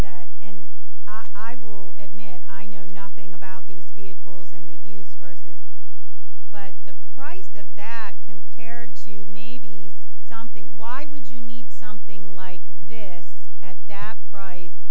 that and i will admit i know nothing about these vehicles and the use verses but the price of that compared to maybe something why would you need something like this at that price